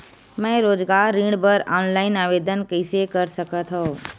मैं रोजगार ऋण बर ऑनलाइन आवेदन कइसे कर सकथव?